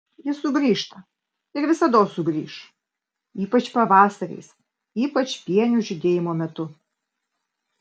jis sugrįžta ir visados sugrįš ypač pavasariais ypač pienių žydėjimo metu